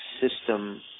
system